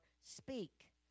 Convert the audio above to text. speak